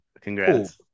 Congrats